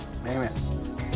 Amen